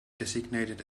designated